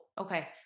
Okay